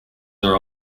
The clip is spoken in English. are